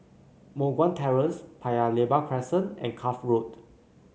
Moh Guan Terrace Paya Lebar Crescent and Cuff Road